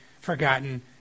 forgotten